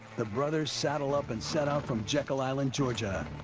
the brothers saddle up and set out from jekyll island, georgia,